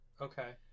okay